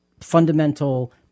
fundamental